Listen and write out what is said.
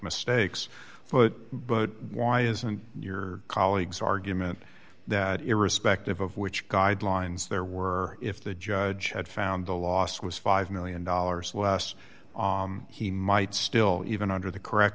mistakes but but why isn't your colleagues argument that irrespective of which guidelines there were if the judge had found the last was five million dollars less he might still even under the correct